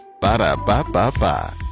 Ba-da-ba-ba-ba